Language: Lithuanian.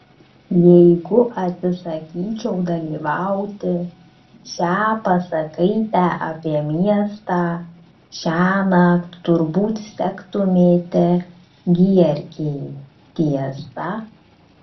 jeigu atsisakyčiau dalyvauti šią pasakaitę apie miestą šiąnakt turbūt sektumėte gierkei tiesa